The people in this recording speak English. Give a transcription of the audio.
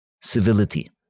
civility